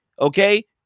Okay